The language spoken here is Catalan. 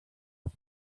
els